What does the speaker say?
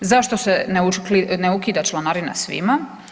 Zašto se ne ukida članarina svima?